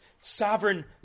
sovereign